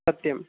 सत्यं